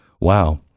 Wow